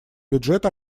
бюджет